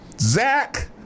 Zach